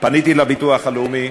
פניתי לביטוח הלאומי,